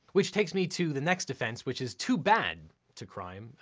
which takes me to the next offense, which is too bad to crime,